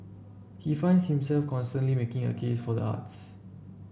he finds himself constantly making a case for the arts